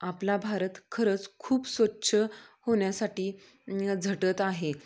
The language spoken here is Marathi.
आपला भारत खरंच खूप स्वच्छ होण्यासाठी झटत आहे